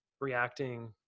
Reacting